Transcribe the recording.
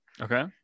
Okay